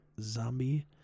Zombie